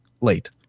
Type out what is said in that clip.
late